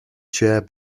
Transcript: chair